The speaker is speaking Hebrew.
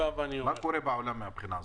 מה קורה בעולם מן הבחינה הזאת?